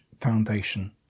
foundation